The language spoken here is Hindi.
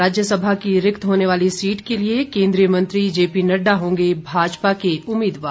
राज्यसभा की रिक्त होने वाली सीट के लिए केन्द्रीय मंत्री जेपी नड़डा होंगे भाजपा के उम्मीदवार